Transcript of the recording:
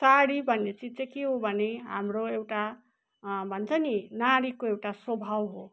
साडी भन्ने चिज चाहिँ के हो भने हाम्रो एउटा भन्छ नि नारीको एउटा स्वभाव हो